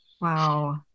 wow